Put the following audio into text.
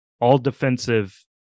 all-defensive